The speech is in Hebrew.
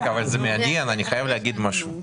אני חייב לומר משהו.